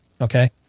okay